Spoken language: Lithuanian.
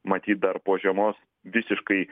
matyt dar po žiemos visiškai